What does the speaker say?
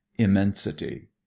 immensity